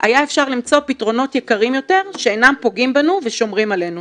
היה אפשר למצוא פתרונות יקרים יותר שאינם פוגעים בנו ושומרים עלינו.